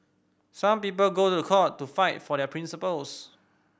some people go to court to fight for their principles